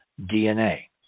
dna